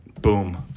Boom